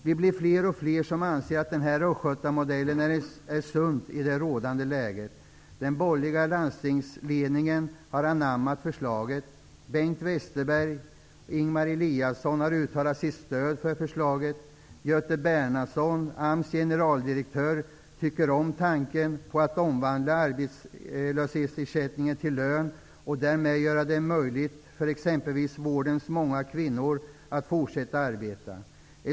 Vi som anser att denna östgötamodell är sund i det rådande läget blir fler och fler. Den borgerliga landstingsledningen har anammat förslaget. Bengt Westerberg och Ingemar Eliasson har uttalat sitt stöd för förslaget. Göte Bernhardsson, AMS generaldirektör, tycker om tanken på att omvandla arbetslöshetsersättningen till lön och därmed göra det möjligt för exempelvis de många kvinnorna inom vården att fortsätta att arbeta.